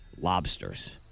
Lobsters